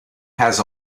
has